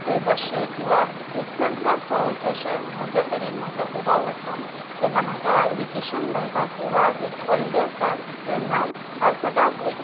थंय बसचें किंवां एक सनसेट पळोवचो अशें म्हज्या तरेन म्हाका खूब आवडटा केन्ना म्हाका वेकेशन मेळटा किंवां एक हॉलिडे आसता तेन्ना हांव सदांच एक